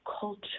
culture